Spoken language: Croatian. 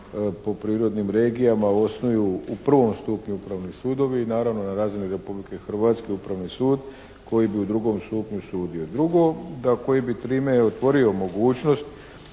po prirodnim regijama osnuju u prvom stupnju upravni sudovi i naravno na razini na Republike Hrvatske upravni sud koji bi u drugom stupnju sudio. Drugo, koji bi time otvorio mogućnost